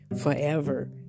forever